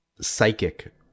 psychic